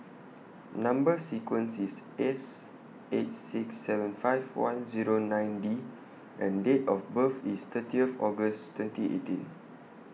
Number sequence IS S eight six seven five one Zero nine D and Date of birth IS thirtieth August twenty eighteen